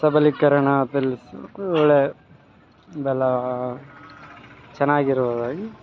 ಸಬಲೀಕರಣ ದಲ್ಲಿ ಒಳ್ಳೆಯ ಬೆಲ್ಲ ಚೆನ್ನಾಗಿರುವುದಾಗಿ